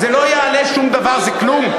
זה לא יעלה שום דבר, זה כלום.